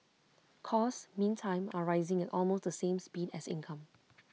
costs meantime are rising at almost the same speed as income